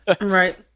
Right